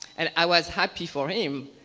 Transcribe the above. and i was happy for him,